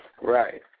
Right